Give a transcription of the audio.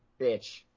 bitch